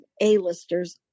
A-listers